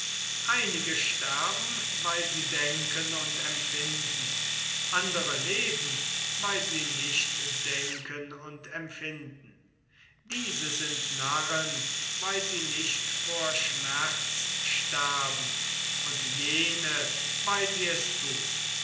einige sterben weil sie denken und empfinden andere leben weil sie nicht denken und empfinden diese sind narren weil sie nicht vor schmerz sterben und jene weil sie es thun